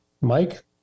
Mike